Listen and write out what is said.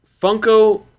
funko